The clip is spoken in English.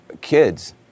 kids